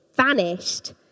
vanished